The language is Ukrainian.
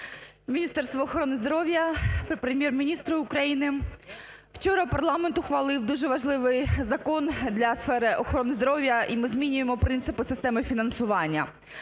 Міністерству охорони здоров'я, Прем'єр-міністру України! Вчора парламент ухвалив дуже важливий закон для сфери охорони здоров'я і ми змінюємо принципи системи фінансування.